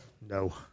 No